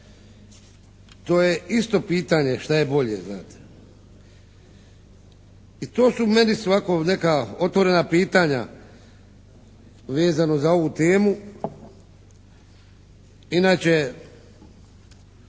To je isto pitanje šta je bolje znate. I to su meni ovako neka otvorena pitanja vezano za ovu temu. Inače,